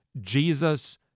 Jesus